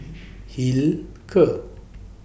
Hilker